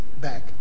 back